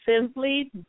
simply